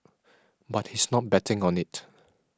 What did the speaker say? but he's not betting on it